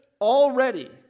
already